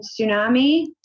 tsunami